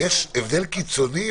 יש שתי תקנות,